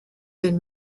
been